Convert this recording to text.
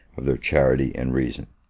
of their charity and reason.